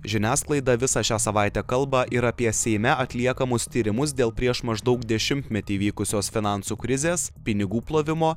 žiniasklaida visą šią savaitę kalba ir apie seime atliekamus tyrimus dėl prieš maždaug dešimtmetį vykusios finansų krizės pinigų plovimo